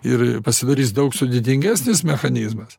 ir pasidarys daug sudėtingesnis mechanizmas